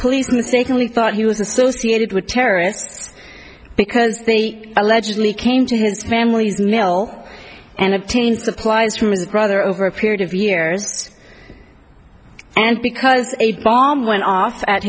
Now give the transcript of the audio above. police mistakenly thought he was associated with terrorists because they allegedly came to his family's mill and obtained supplies from his brother over a period of years and because a bomb went off at